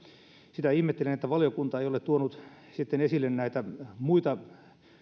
sitä ihmettelen että valiokunta ei ole tuonut esille näitä muita